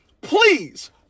Please